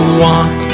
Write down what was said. walk